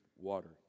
water